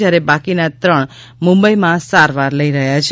જ્યારે બાકીના ત્રણ મુંબઈમાં સારવાર લઈ રહ્યા છે